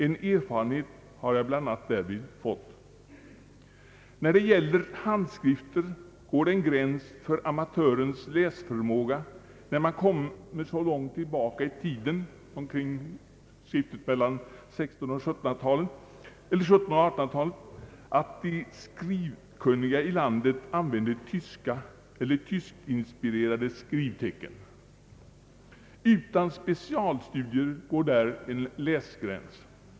En erfarenhet har jag bl.a. därvid fått. När det gäller handskrifter går det en gräns för amatörens läsförmåga när man kommer så långt tillbaka i tiden — till omkring skiftet mellan 1700 och 1800-talen — att de skrivkunniga i landet använde tyska eller tyskinspirerade skrivtecken. Utan specialstudier går där en läsgräns.